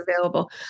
available